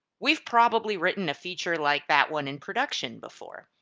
we've probably written a feature like that one in production before.